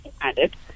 added